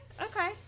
okay